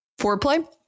foreplay